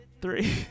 three